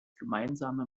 gemeinsame